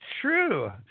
true